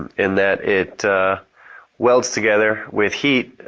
in that it welds together with heat